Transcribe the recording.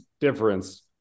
difference